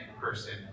person